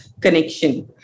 connection